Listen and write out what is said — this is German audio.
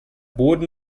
boden